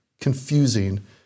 confusing